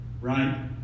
right